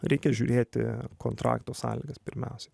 reikia žiūrėti kontrakto sąlygas pirmiausia